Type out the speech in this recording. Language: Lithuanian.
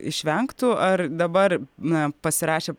išvengtų ar dabar na pasirašę